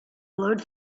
glowed